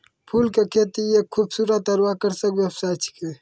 फूल के खेती एक खूबसूरत आरु आकर्षक व्यवसाय छिकै